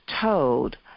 told